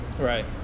right